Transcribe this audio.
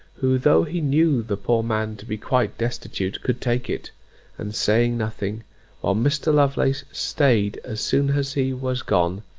who, though he knew the poor man to be quite destitute, could take it and, saying nothing while mr. lovelace staid, as soon as he was gone,